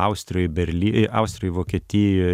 austrijoj berly austrijoj vokietijoj